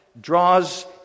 Draws